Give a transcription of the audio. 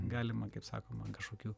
galima kaip sakoma kažkokiu